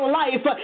life